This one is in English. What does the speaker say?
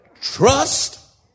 trust